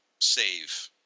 save